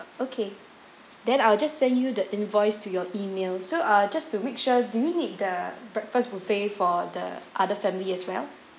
okay then I'll just send you the invoice to your email so uh just to make sure do you need the breakfast buffet for the other family as well